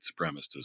supremacists